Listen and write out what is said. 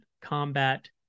combat